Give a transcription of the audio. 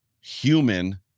human